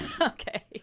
Okay